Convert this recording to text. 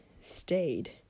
stayed